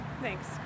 Thanks